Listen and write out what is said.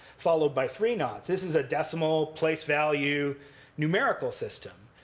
followed by three knots. this is a decimal place-value numerical system.